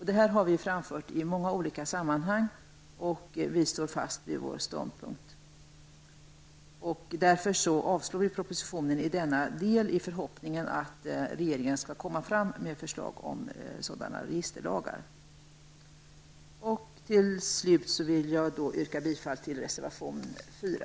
Detta har vi framfört i många olika sammanhang, och vi står fast vid denna vår ståndpunkt. Vi yrkar därför avslag på propositionens förslag i denna del i förhoppningen att regeringen skall lägga fram förslag om sådana registerlagar. Fru talman! Jag yrkar bifall till reservation 4.